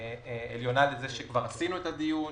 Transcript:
עליונה לזה שכבר עשינו את הדיון,